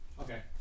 Okay